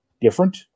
different